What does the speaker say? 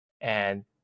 and-